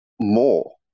more